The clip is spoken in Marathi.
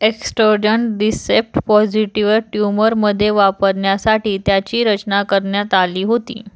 एस्ट्रोजन डिसेप्ट पॉजिटिव ट्यूमरमध्ये वापरण्यासाठी त्याची रचना करण्यात आली होती